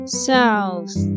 ,south 。